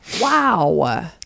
wow